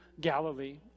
Galilee